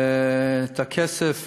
את הכסף